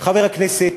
חבר הכנסת